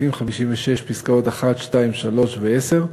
סעיפים 56 פסקאות (1), (2), (3) ו-(10)